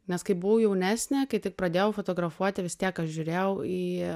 nes kai buvau jaunesnė kai tik pradėjau fotografuoti vis tiek aš žiūrėjau į